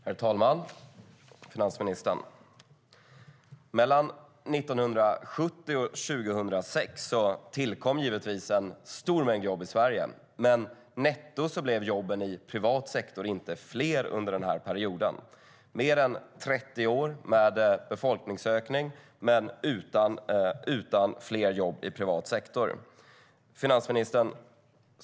Herr talman! Finansministern! Mellan 1970 och 2006 tillkom givetvis en stor mängd jobb i Sverige, men netto blev jobben i privat sektor inte fler under den här perioden. Det var mer än 30 år med befolkningsökning men utan fler jobb i privat sektor. Finansministern!